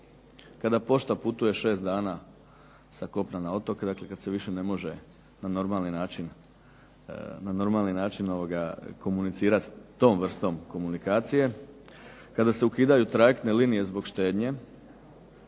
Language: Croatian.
Kada pošta putuje šest dana sa kopna na otoke, dakle kada se više ne može na normalni način komunicirati tom vrstom komunikacije, kada se ukidaju trajektne linije zbog štednje.